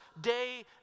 day